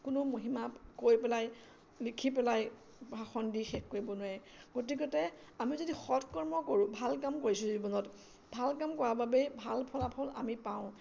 কোনো মহিমা কৈ পেলাই লিখি পেলাই বা ভাষণ দি শেষ কৰিব নোৱাৰে গতিকতে আমি যদি সৎকৰ্ম কৰোঁ ভাল কাম কৰিছোঁ জীৱনত ভাল কাম কৰাৰ বাবে ভাল ফলাফল আমি পাওঁ